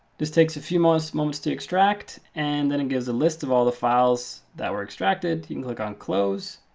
this takes a few moments to extract, and then it gives a list of all the files that were extracted. you can click on close.